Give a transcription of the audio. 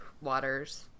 waters